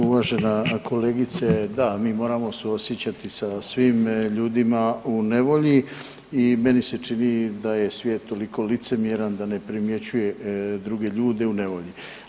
Uvažena kolegice da, mi moramo suosjećati sa svim ljudima u nevolji i meni se čini da je svijet toliko licemjeran da ne primjećuje druge ljude u nevolji.